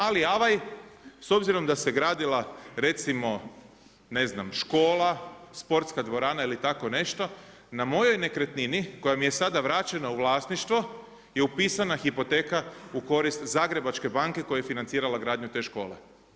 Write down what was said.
Ali avaj s obzirom da se gradila recimo ne znam škola, sportska dvorana ili tako nešto na mojoj nekretnini koja mi je sada vraćena u vlasništvo je upisana hipoteka u korist Zagrebačke banke koja je financirala gradnju te škole.